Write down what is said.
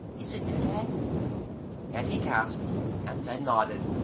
is it to-day and he gasped and then nodded.